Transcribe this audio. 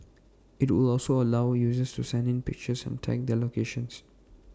IT would also allow users to send in pictures and tag their locations